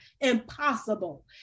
impossible